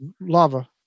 lava